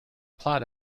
plot